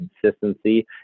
consistency